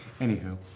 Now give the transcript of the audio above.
Anywho